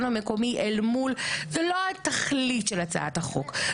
המקומי אל מול זה לא התכלית של הצעת החוק,